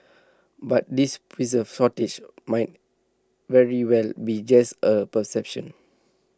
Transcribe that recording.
but this preserve shortage might very well be just A perception